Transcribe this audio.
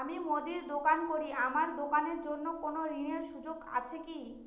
আমি মুদির দোকান করি আমার দোকানের জন্য কোন ঋণের সুযোগ আছে কি?